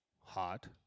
hot